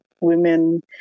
women